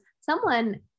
someone-